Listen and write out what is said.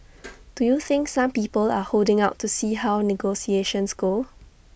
do you think some people are holding out to see how negotiations go